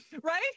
Right